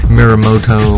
Miramoto